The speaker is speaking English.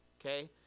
okay